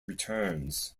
returns